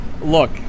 Look